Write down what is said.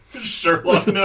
Sherlock